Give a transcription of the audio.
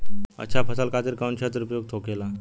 अच्छा फसल खातिर कौन क्षेत्र उपयुक्त होखेला?